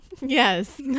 Yes